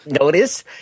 notice